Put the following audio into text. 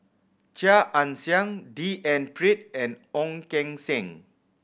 Chia Ann Siang D N Pritt and Ong Keng Sen